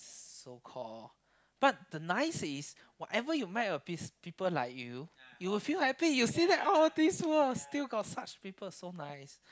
so call but the nice is whatever you met the peo~ people like you you will feel like this oh world still got such people so nice